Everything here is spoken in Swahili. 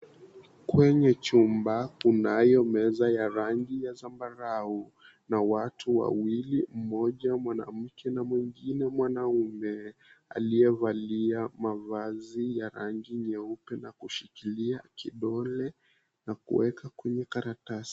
Kwenye chumba kunayo meza ya rangi ya zambarau na watu wawili, mmoja mwanamke na mwingine mwanaume aliyevalia mavazi ya rangi nyeupe na kushikilia kidole na kuweka kwenye karatasi.